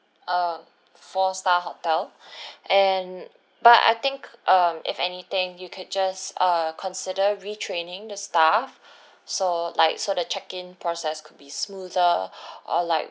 a four star hotel and but I think um if anything you could just err consider retraining the staff so like so the check-in process could be smoother or like